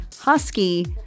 Husky